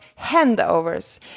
handovers